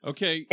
Okay